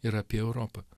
ir apie europą